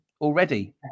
already